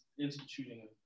instituting